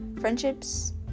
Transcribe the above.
friendships